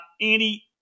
Andy